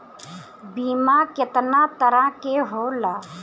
बीमा केतना तरह के होला?